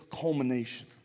culmination